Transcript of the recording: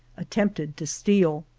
attempted to steal.